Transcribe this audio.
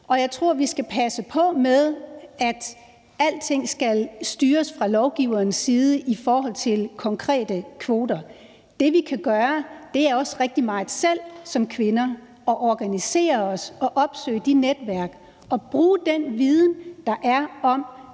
Og jeg tror, at vi skal passe på med, at alting skal styres fra lovgivernes side i forhold til konkrete kvoter. Det, vi kan gøre, er også rigtig meget selv at organisere os som kvinder og opsøge de netværk og bruge den viden, der er, om,